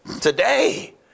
Today